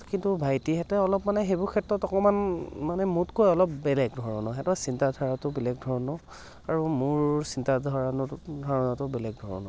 কিন্তু ভাইটিহেঁতে অলপ মানে সেইবোৰ ক্ষেত্ৰত অকণমান মানে মোতকৈ অলপ বেলেগ ধৰণৰ সিহঁতৰ চিন্তাধাৰাটো বেলেগ ধৰণৰ আৰু মোৰ চিন্তাধাৰণাটো ধাৰণাটো বেলেগ ধৰণৰ